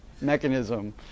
mechanism